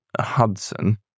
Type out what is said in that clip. Hudson